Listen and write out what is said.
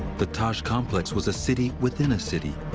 the taj complex was a city within a city.